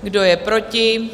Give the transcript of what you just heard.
Kdo je proti?